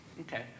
Okay